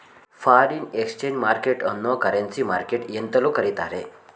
foreign exchange market ಅನ್ನೋ currency market ಎಂತಲೂ ಕರಿತ್ತಾರೆ